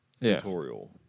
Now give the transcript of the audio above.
tutorial